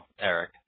Eric